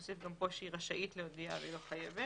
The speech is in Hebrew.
נוסיף כאן שהיא רשאית להודיע אבל היא לא חייבת.